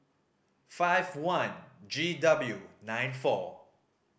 five one G W nine four